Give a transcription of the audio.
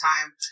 time